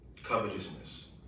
Covetousness